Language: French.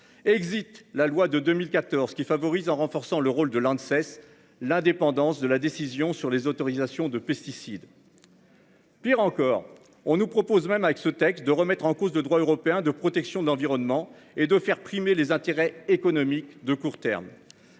Exit. La loi de 2014 qui favorise en renforçant le rôle de Lanxess l'indépendance de la décision sur les autorisations de pesticides. Pire encore, on nous propose même avec ce texte, de remettre en cause de droit européen de protection de l'environnement et de faire primer les intérêts économiques de court terme.